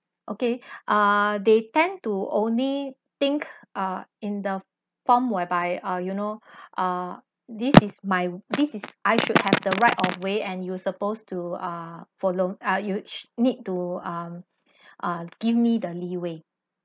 okay ah they tend to only think ah in the form whereby ah you know ah this is my this is I should have the right of way and you're supposed to uh follow uh you need to um uh give me the leeway